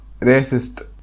Racist